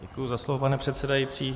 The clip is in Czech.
Děkuji za slovo, pane předsedající.